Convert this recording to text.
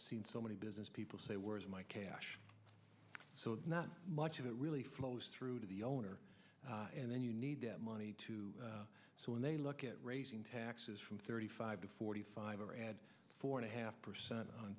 seen so many business people say where's my cash so not much of it really flows through to the owner and then you need that money too so when they look at raising taxes from thirty five to forty five four and a half percent on